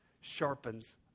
sharpens